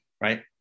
right